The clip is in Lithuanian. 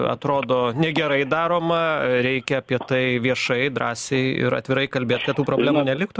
atrodo negerai daroma reikia apie tai viešai drąsiai ir atvirai kalbėt kad tų problemų neliktų